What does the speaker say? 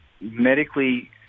medically